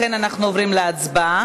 לכן אנחנו עוברים להצבעה.